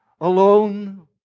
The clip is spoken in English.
alone